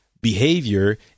behavior